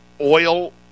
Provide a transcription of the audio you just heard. oil